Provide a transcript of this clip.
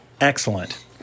Excellent